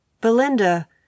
Belinda